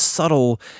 Subtle